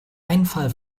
einfall